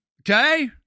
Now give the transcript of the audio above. okay